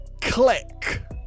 click